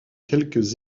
quelques